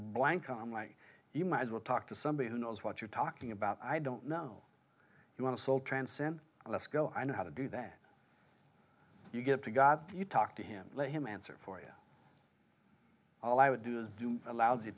blank i'm like you might as well talk to somebody who knows what you're talking about i don't know you want to soul transcend let's go i know how to do that you get to god do you talk to him let him answer for you all i would do is doom a lousy